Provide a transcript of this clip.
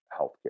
healthcare